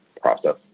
process